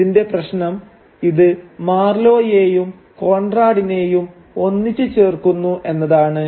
ഇതിന്റെ പ്രശ്നം ഇത് മാർലോയേയും കൊൺറാഡിനെയും ഒന്നിച്ചു ചേർക്കുന്നു എന്നതാണ്